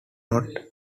not